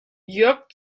jörg